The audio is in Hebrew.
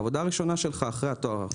עבודה ראשונה שלך אחרי התואר,